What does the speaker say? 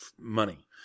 money